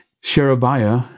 Sherebiah